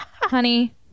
Honey